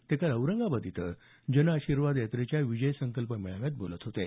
ते काल औरंगाबाद इथं जन आशीर्वाद यात्रेच्या विजय संकल्प मेळाव्यात बोलत होते